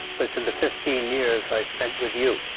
was in the fifteen years i spent with you.